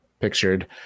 pictured